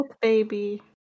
baby